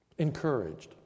encouraged